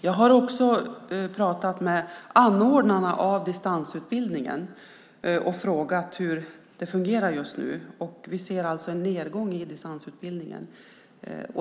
Jag har också pratat med anordnarna av distansutbildningen och frågat hur det fungerar just nu. Vi ser alltså en nedgång i distansutbildningen.